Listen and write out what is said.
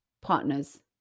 partners